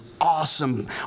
awesome